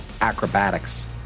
Acrobatics